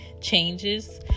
changes